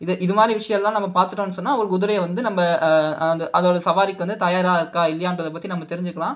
இதை இது மாதிரி விஷயம்லாம் நாம் பார்த்துட்டோம்னு சொன்னால் ஒரு குதிரையை வந்து நாம் அதோடய சவாரிக்கு வந்து தயாராக இருக்கா இல்லையான்றதை பற்றி நாம் தெரிஞ்சுக்கலாம்